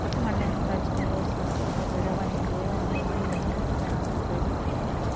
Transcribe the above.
ಮಣ್ಣಿನ ರಚನೆಯು ಸಸ್ಯದ ಬೆಳವಣಿಗೆಯ ಮೇಲೆ ಹೆಂಗ ಪರಿಣಾಮ ಬೇರ್ತದ?